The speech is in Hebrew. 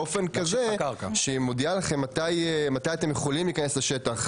באופן כזה שהוא מודיע לכם מתי אתם יכולים להיכנס לשטח.